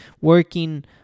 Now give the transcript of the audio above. working